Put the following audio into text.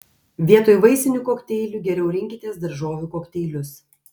vietoj vaisinių kokteilių geriau rinkitės daržovių kokteilius